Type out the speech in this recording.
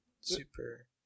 super